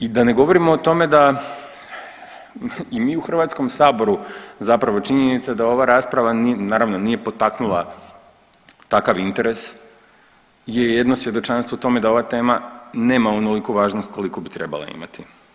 I da ne govorimo o tome da i mi u Hrvatskom saboru zapravo činjenica da ova rasprava naravno nije potaknula takav interes je jedno svjedočanstvo tome da ova tema nema onoliku važnost koliku bi trebala imati.